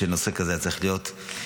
את צודקת שנושא כזה היה צריך להיות כמעט